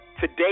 Today